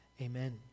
Amen